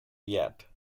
yet